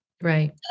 Right